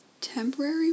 Temporary